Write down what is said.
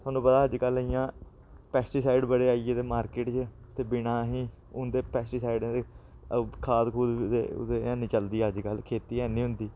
थुआनूं पता अजकल्ल इ'यां पेस्टीसाइड बड़े आई गेदे मार्किट च ते बिना असेंगी उं'दे पेस्टीसीइडें दे ओह् खाद खूद दे ओह्दे हैनी चलदी ऐ अजकल्ल खेती हैनी होंदी